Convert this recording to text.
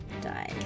die